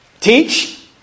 Teach